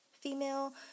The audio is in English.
female